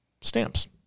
stamps